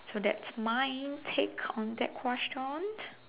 so that's my take on that question